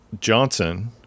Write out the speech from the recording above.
Johnson